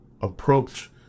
approach